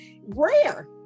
rare